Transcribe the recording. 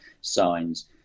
signs